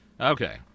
Okay